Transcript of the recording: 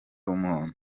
w’umuhondo